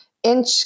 Inch